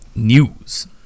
news